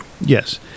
yes